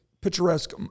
picturesque